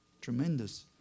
Tremendous